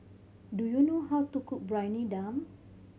do you know how to cook Briyani Dum